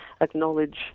acknowledge